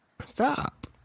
Stop